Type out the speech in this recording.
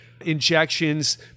injections